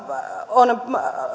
on